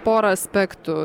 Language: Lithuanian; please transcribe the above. porą aspektų